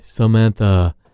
Samantha